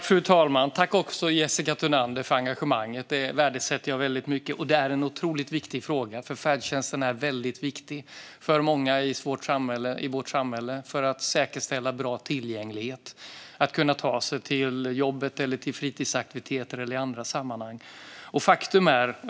Fru talman! Tack, Jessica Thunander, för engagemanget! Jag värdesätter det mycket. Detta är en otroligt viktig fråga. Färdtjänsten är väldigt viktig för många i vårt samhälle. Det handlar om att säkerställa bra tillgänglighet och om att människor ska kunna ta sig till jobbet, fritidsaktiviteter eller annat.